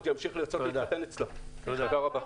תודה רבה.